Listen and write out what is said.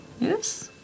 yes